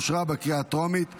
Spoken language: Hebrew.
אושרה בקריאה הטרומית,